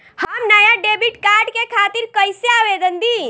हम नया debit card के खातिर कइसे आवेदन दीं?